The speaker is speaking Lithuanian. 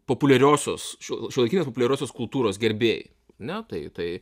populiariosios šiuo šiuolaikinės populiariosios kultūros gerbėjai ar ne tai tai